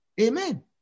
Amen